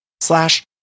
slash